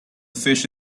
fish